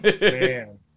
Man